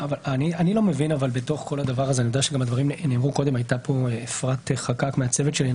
אני יודע שהדברים גם נאמרו קודם הייתה כאן אפרת חקאק מהצוות שלי,